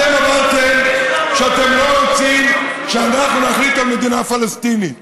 אתם אמרתם שאתם לא רוצים שאנחנו נחליט על מדינה פלסטינית,